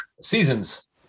seasons